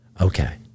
Okay